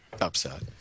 upset